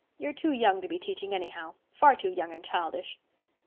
you're too young to be teaching anyhow. far too young and childish.